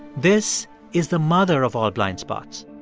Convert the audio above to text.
this is the mother of all blind spots.